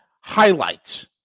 highlights